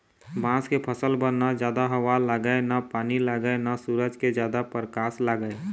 बांस के फसल बर न जादा हवा लागय न पानी लागय न सूरज के जादा परकास लागय